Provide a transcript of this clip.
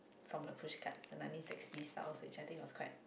from the pushcart in the nineteen sixty style I think it was quite